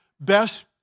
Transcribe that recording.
best